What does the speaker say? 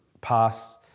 Pass